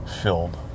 filled